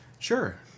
Sure